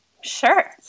Sure